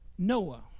Noah